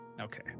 Okay